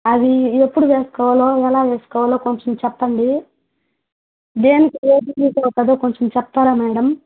అవి ఎప్పుడు వేసుకోవాలో ఎలా వేసుకోవాలో కొంచెం చెప్పండి దేనికి ఏది సూట్ అవుతుందో కొంచెం చెప్తారా మేడమ్